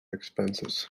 expenses